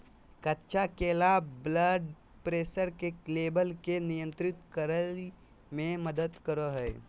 कच्चा केला blood pressure के लेवल के नियंत्रित करय में मदद करो हइ